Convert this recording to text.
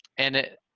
and it,